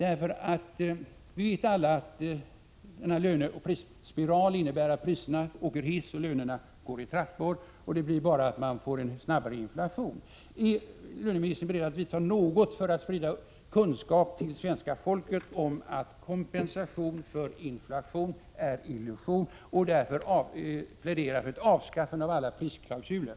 Vi vet alla att löneoch prisspiralen innebär att priserna åker hiss och lönerna går i trappor. Det innebär bara en snabbare inflation. Ärlöneministern beredd att vidta några åtgärder för att sprida kunskap till svenska folket om att kompensation för inflation är illusion och därför plädera för avskaffande av alla prisklausuler?